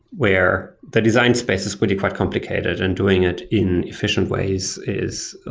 where the design space is really quite complicated and doing it in efficient ways is